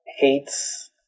Hates